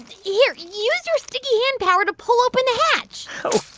here use your sticky-hand power to pull open the hatch oh.